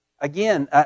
Again